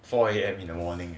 four A_M in the morning